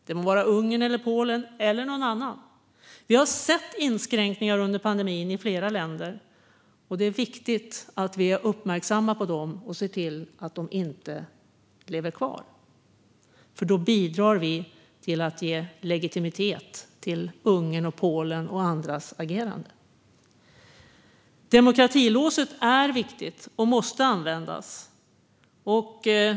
Det må vara Ungern eller Polen eller något annat land. Vi har sett inskränkningar under pandemin i flera länder. Det är viktigt att vi är uppmärksamma på dem och ser till att de inte lever kvar, för då bidrar vi till att ge legitimitet till Ungerns och Polens och andra länders agerande. Demokratilåset är viktigt och måste användas.